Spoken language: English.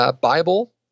Bible